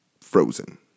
frozen